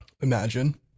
Imagine